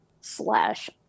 slash